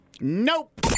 Nope